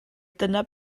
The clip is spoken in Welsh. dyma